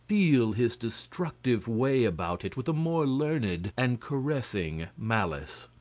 feel his destructive way about it with a more learned and caressing malice.